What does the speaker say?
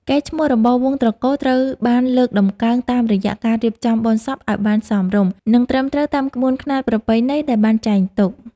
កេរ្តិ៍ឈ្មោះរបស់វង្សត្រកូលត្រូវបានលើកតម្កើងតាមរយៈការរៀបចំបុណ្យសពឱ្យបានសមរម្យ និង ត្រឹមត្រូវតាមក្បួនខ្នាតប្រពៃណីដែលបានចែងទុក។